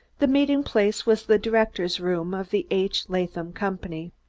the meeting place was the directors' room of the h. latham company.